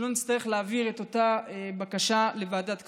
שלא נצטרך להעביר את הבקשה לוועדת הכספים.